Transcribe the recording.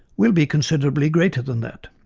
will be considerably greater than that.